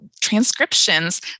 transcriptions